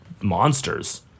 monsters